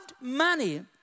money